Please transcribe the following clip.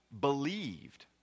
believed